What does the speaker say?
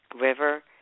River